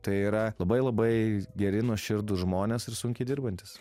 tai yra labai labai geri nuoširdūs žmonės ir sunkiai dirbantys